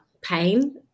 pain